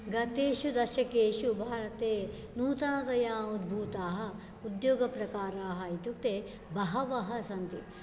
गतेषु दशकेषु भारते नूतनतया उद्भूताः उद्योगप्रकाराः इत्युक्ते बहवः सन्ति